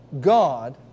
God